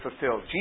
fulfilled